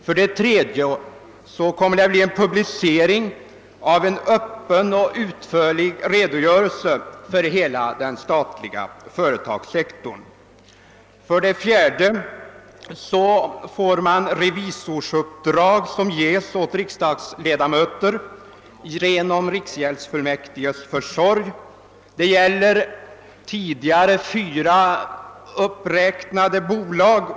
För det tredje kommer en öppen och utförlig redogörelse för hela den statliga företagssektorn att publiceras. För det fjärde kommer revisorsuppdrag att ges åt riksdagsledamöter genom riksgäldsfullmäktiges försorg. Detta gäller tidigare fyra i utskottsutlåtandet uppräknade bolag.